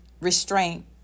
restraint